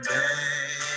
day